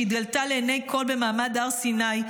שהתגלתה לעיני כול במעמד הר סיני,